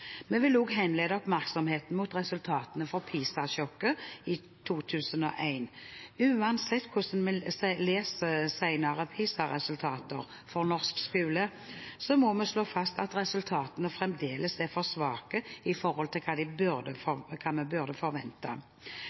Vi vil også henlede oppmerksomheten mot resultatene fra PISA-sjokket i 2001. Uansett hvordan vi leser senere PISA-resultater for norsk skole, må vi slå fast at resultatene fremdeles er for svake i forhold til hva vi burde forvente. Derfor trengs det nå tydelige, konkrete tiltak for